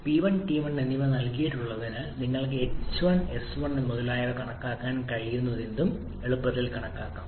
P 1 T 1 എന്നിവ നൽകിയിട്ടുള്ളതിനാൽ നിങ്ങൾക്ക് എസ് 1 എച്ച് 1 മുതലായവ കണക്കാക്കാൻ കഴിയുന്നതെന്തും എളുപ്പത്തിൽ കണക്കാക്കാം